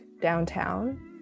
downtown